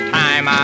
time